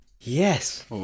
yes